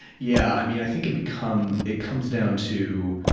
yeah, i mean, i think it become, it comes down to,